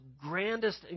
grandest